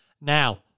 Now